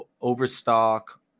overstock